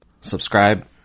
Subscribe